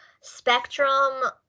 Spectrum